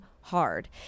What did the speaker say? hard